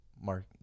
mark